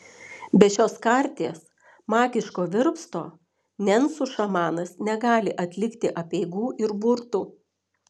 be šios karties magiško virpsto nencų šamanas negali atlikti apeigų ir burtų